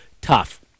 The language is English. tough